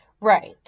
Right